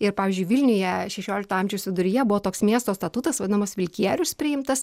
ir pavyzdžiui vilniuje šešiolikto amžiaus viduryje buvo toks miesto statutas vadinamas vilkierius priimtas